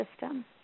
system